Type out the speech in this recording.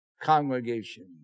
congregation